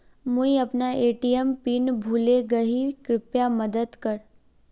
मुई अपना ATM PIN भूले गही कृप्या मदद कर